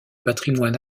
patrimoine